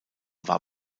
war